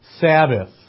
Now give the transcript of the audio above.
Sabbath